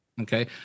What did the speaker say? Okay